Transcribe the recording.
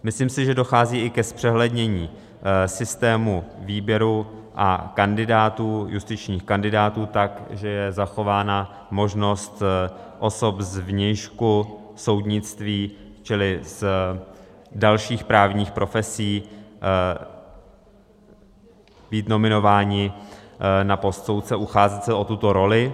Myslím si, že dochází i k zpřehlednění systému výběru kandidátů, justičních kandidátů, tak, že je zachována možnost osob zvnějšku soudnictví, čili z dalších právních profesí, být nominováni na post soudce, ucházet se o tuto roli.